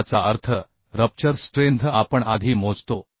याचा अर्थ rupture strength आपण आधी मोजतो